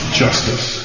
justice